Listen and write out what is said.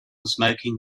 smoking